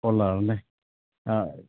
ഉള്ളതാണ് അല്ലേ ആ